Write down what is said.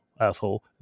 asshole